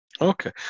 Okay